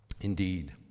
Indeed